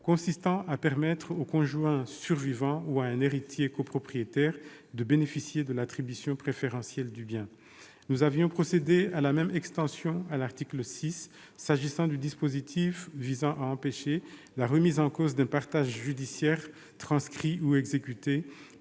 consistant à permettre au conjoint survivant ou à un héritier copropriétaire de bénéficier de l'attribution préférentielle du bien. Nous avions procédé à la même extension, à l'article 6, au titre du dispositif visant à empêcher la remise en cause d'un partage judiciaire transcrit ou exécuté